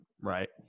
right